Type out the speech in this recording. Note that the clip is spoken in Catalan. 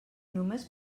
només